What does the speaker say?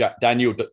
Daniel